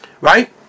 Right